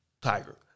Tiger